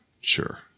Sure